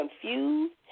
confused